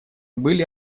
были